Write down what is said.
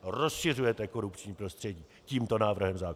Rozšiřujete korupční prostředí tímto návrhem zákona!